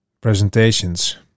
presentations